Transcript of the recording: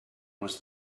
was